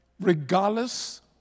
regardless